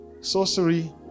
sorcery